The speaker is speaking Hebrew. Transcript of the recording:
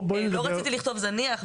לא רציתי לכתוב "זניח".